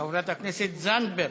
חברת הכנסת זנדברג,